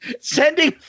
Sending